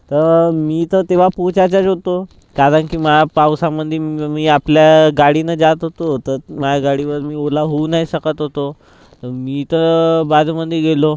तर मी तर तेव्हा पोहोचायचाच होतो कारण की माया पावसामधे मी आपल्या गाडीनं जात होतो तर माया गाडीवर मी ओला होऊ नाही शकत होतो मी तर बाजूमधे गेलो